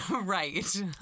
right